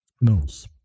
Knows